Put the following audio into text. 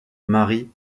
mari